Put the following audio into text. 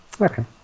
okay